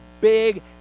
big